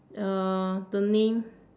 uh the name